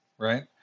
right